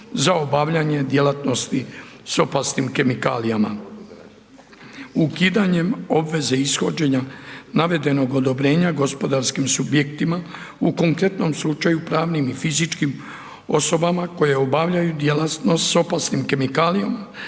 za obavljanje djelatnosti s opasnim kemikalijama. Ukidanjem obveze ishođenja navedenog odobrenja gospodarskim slučajevima, u konkretnom slučaju pravnim i fizičkim osobama koje obavljaju djelatnost s opasnim kemikalijama